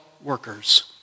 workers